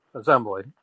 assembly